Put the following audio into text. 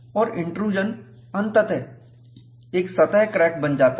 और इंट्रूजन अंततः एक सतह क्रैक बन जाता है